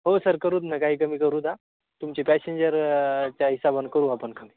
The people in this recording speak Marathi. हो सर करू ना काही कमी करू दा तुमचे पॅसेंजर च्या हिशोबानं करू आपण कमी